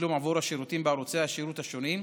לתשלום עבור השירותים בערוצי השירות השונים: